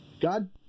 God